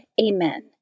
Amen